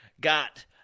got